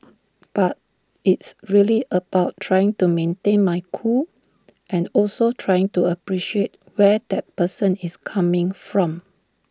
but it's really about trying to maintain my cool and also trying to appreciate where that person is coming from